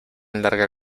larga